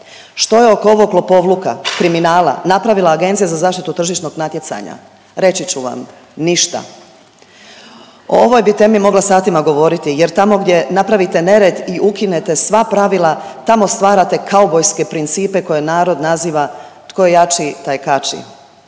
Što je oko ovog lopovluka, kriminala napravila Agencija za zaštitu tržišnog natjecanja? Reći ću vam – ništa! O ovoj bi temi mogla satima govoriti, jer tamo gdje napravite nered i ukinete sva pravila tamo stvarate kaubojske principe koje narod naziva tko jači, taj kači.